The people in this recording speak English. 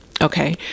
Okay